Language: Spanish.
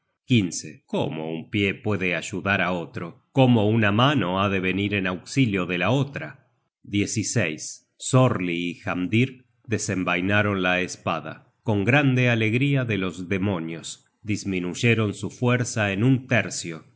cómo un pie puede ayudar á otro cómo una mano ha de venir en auxilio de la otra sorli y hamdir desenvainaron la espada con grande alegría de los demonios disminuyeron su fuerza en un tercio y